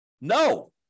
No